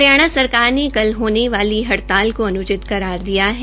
हरियाणा सरकार ने कल होने वाली हड़ताल को अन्चित करार दिया है